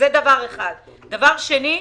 דבר שני.